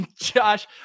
Josh